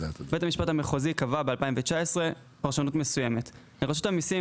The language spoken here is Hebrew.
בית המשפט המחוזי קבע פרשנות מסוימת בשנת 2019. לרשות המסים,